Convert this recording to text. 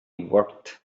worked